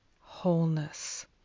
wholeness